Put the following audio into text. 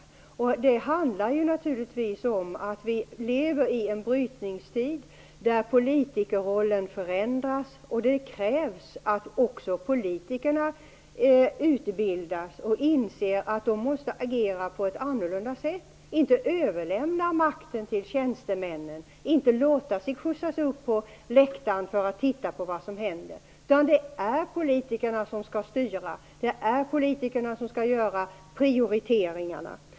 Det handlar naturligtvis om att vi lever i en brytningstid då politikerrollen förändras. Det krävs att också politikerna utbildas och inser att de måste agera på ett annorlunda sätt. De kan inte överlämna makten till tjänstemännen eller låta sig skjutsas upp på läktaren för att titta på vad som händer. Det är politikerna som skall styra. Det är politikerna som skall göra prioriteringarna.